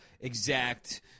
exact